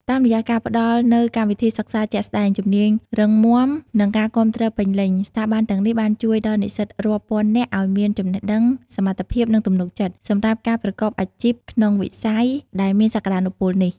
តាមរយៈការផ្តល់នូវ កម្មវិធីសិក្សាជាក់ស្តែង ជំនាញរឹងមាំ និងការគាំទ្រពេញលេញ ស្ថាប័នទាំងនេះបានជួយដល់និស្សិតរាប់ពាន់នាក់ឱ្យមាន ចំណេះដឹង សមត្ថភាព និងទំនុកចិត្ត សម្រាប់ការប្រកបអាជីពក្នុងវិស័យដែលមានសក្តានុពលនេះ។